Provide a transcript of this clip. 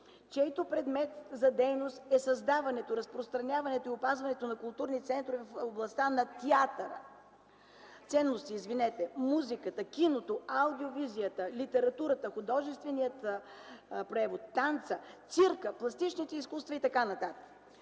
чийто предмет на дейност е създаването, разпространението и опазването на културни ценности в областта на театъра, музиката, киното, аудиовизията, литературата, художествения превод, танца, цирка, пластичните изкуства” и т.н.